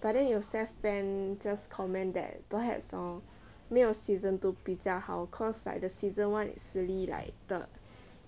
but then 有些 fans just comment that perhaps hor 没有 season two 比较好 cause like the season one is really like the